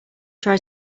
try